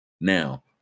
Now